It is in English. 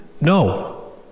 No